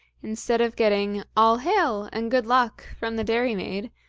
instead of getting all hail and good luck from the dairymaid,